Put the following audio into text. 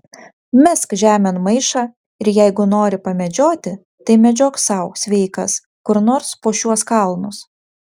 mesk žemėn maišą ir jeigu nori pamedžioti tai medžiok sau sveikas kur nors po šiuos kalnus